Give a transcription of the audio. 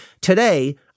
Today